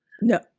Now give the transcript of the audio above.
No